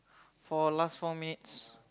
for last four minutes